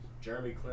Jeremy